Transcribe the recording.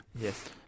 yes